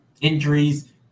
Injuries